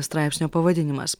straipsnio pavadinimas